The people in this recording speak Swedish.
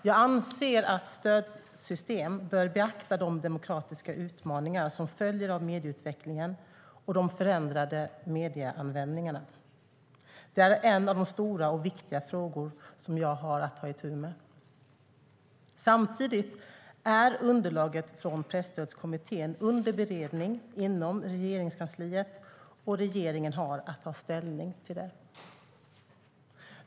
Jag anser att stödsystem bör beakta de demokratiska utmaningar som följer av medieutvecklingen och den förändrade medieanvändningen. Det är en av de stora och viktiga frågor som jag har att ta itu med. Samtidigt är underlaget från Presstödskommittén under beredning inom Regeringskansliet, och regeringen har att ta ställning till det.